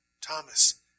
Thomas